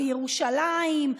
בירושלים,